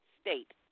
state